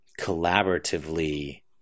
collaboratively